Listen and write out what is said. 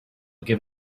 give